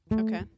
Okay